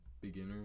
beginner